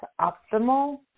optimal